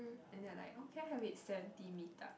and then they'll like here have it seventeen meet up